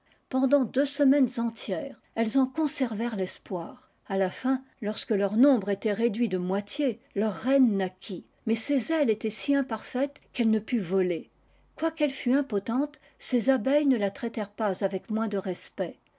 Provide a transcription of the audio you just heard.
pendant deux semaines entières elles en conservèrent l'espoir à la fin lorsque leur nombre était réduit de moitié leur reine naquit mais ses ailes étaient si imparfaites qu'elle ne put voler quoiqu'elle fût impotente ses abeilles ne la traitèrent pas avec moins de respect